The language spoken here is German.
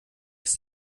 ist